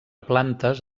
plantes